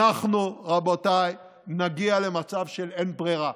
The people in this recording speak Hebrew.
אנחנו, רבותיי, נגיע למצב של אין ברירה,